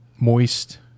moist